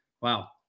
Wow